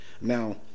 Now